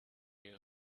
your